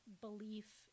belief